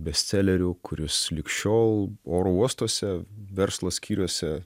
bestseleriu kuris lig šiol oro uostuose verslo skyriuose